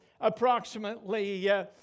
approximately